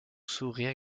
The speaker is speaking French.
sourire